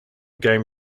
game